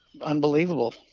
unbelievable